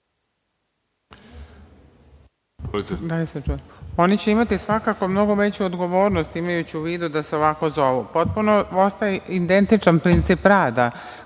Oni će imati svakako mnogo veću odgovornost imajući u vidu da se ovako zovu. Potpuno ostaje identičan princip rada